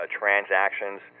transactions